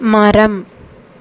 மரம்